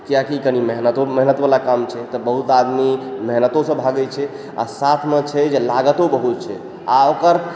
कियाकि ई कनी मेहनतो मेहनत बला काम छै एतऽ बहुत आदमी मेहनतो सऽ भागै छै आ साथमे छै जे लागतो बहुत छै आ ओकर